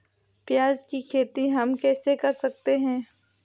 प्याज की खेती हम कैसे कर सकते हैं?